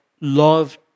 love